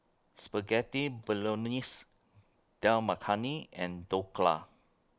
Spaghetti Bolognese Dal Makhani and Dhokla